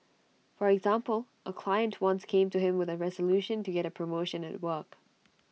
for example A client once came to him with A resolution to get A promotion at work